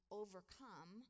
overcome